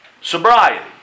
Sobriety